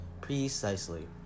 Precisely